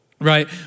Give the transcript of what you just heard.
right